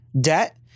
debt